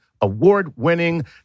award-winning